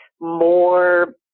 more